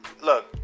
look